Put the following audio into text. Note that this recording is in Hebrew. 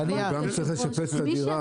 מקלים עליך, יש מודלים.